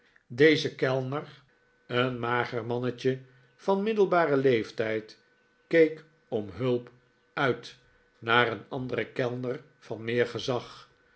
deze kellner een mager mannetje van middelbaren leeftijd keek om hulp uit naar een anderen kellner van meer gezag